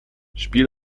spiel